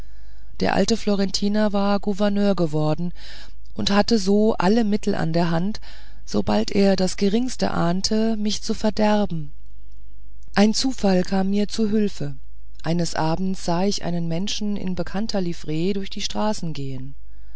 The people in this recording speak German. der alte florentiner war gouverneur geworden und hatte so alle mittel in der hand sobald er das geringste ahnete mich zu verderben ein zufall kam mir zu hülfe eines abends sah ich einen menschen in bekannter livree durch die straßen gehen